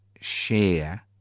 share